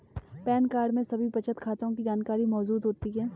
pan card में सभी बचत खातों की जानकारी मौजूद होती है